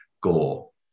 goal